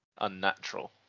unnatural